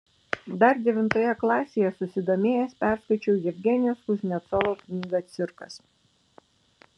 dar devintoje klasėje susidomėjęs perskaičiau jevgenijaus kuznecovo knygą cirkas